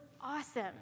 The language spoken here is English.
awesome